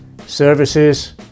services